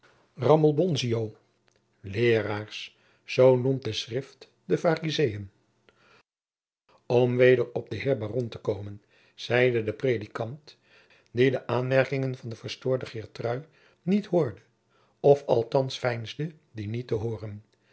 leeraars zoo noemt de schrift de pharizëen om weder op den heer baron te komen zeide de predikant die de aanmerkingen van de verstoorde geertrui niet hoorde of althands veinsde die niet te hooren